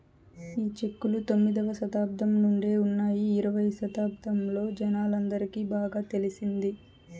ఈ చెక్కులు తొమ్మిదవ శతాబ్దం నుండే ఉన్నాయి ఇరవై శతాబ్దంలో జనాలందరికి బాగా తెలిసింది